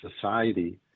society